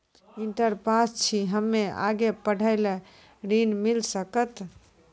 Inter pass छी हम्मे आगे पढ़े ला ऋण मिल सकत?